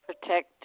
protect